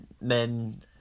men